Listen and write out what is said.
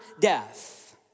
death